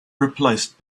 replaced